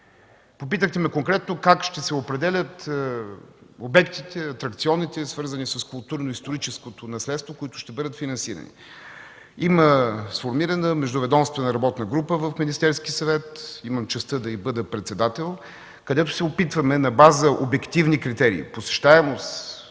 Попитахте ме конкретно как ще се определят обектите, атракционите, свързани с културно-историческото наследство, които ще бъдат финансирани? Има сформирана Междуведомствена работна група в Министерския съвет, имам честта да й бъда председател, където се опитваме на база обективни критерии – посещаемост,